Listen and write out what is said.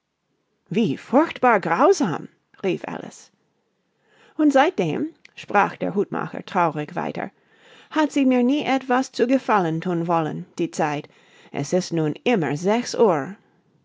wie furchtbar grausam rief alice und seitdem sprach der hutmacher traurig weiter hat sie mir nie etwas zu gefallen thun wollen die zeit es ist nun immer sechs uhr